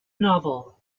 novel